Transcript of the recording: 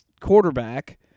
quarterback